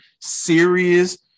serious